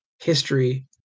history